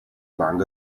bank